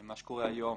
מה שקורה היום,